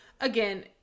again